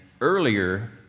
earlier